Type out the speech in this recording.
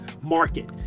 market